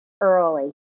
early